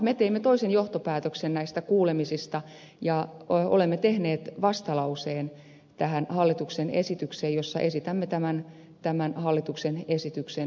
me teimme toisen johtopäätöksen näistä kuulemisista ja olemme tehneet tähän hallituksen esitykseen vastalauseen jossa esitämme tämän hallituksen esityksen hylkäämistä